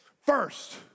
first